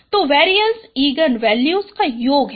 तो variance eigen values का योग है